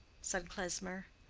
said klesmer.